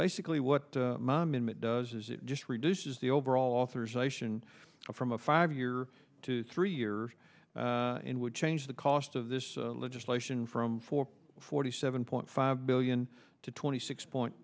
basically what mom it does is it just reduces the overall authorization from a five year to three years would change the cost of this legislation from four forty seven point five billion to twenty six point